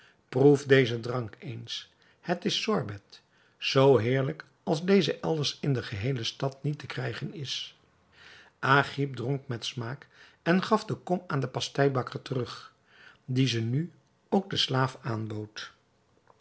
proef dezen drank eens het is sorbet zoo heerlijk als deze elders in de geheele stad niet te krijgen is agib dronk met smaak en gaf de kom aan den pasteibakker terug die ze nu ook den slaaf aanbood